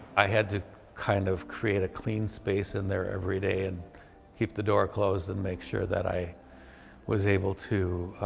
i had to kind of create a clean space in there every day and keep the door closed and make sure that i was able to